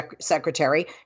Secretary